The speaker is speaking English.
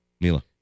Mila